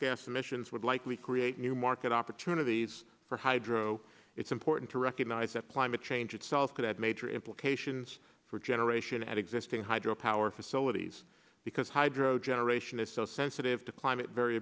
gas emissions would likely create new market opportunities for hydro it's important to recognize that climate change itself could have major implications for generation at existing hydropower facilities because hydro generation is so sensitive to climate v